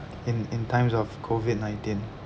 in in times of COVID nineteen